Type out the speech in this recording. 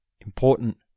important